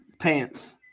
pants